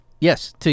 yes